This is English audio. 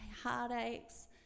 heartaches